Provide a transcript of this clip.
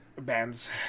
bands